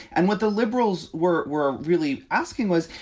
and what the liberals were were really asking was,